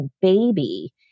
baby